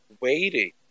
waiting